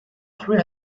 three